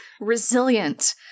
Resilient